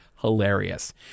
hilarious